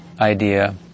idea